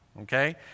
Okay